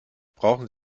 brauchen